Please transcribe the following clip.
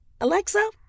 Alexa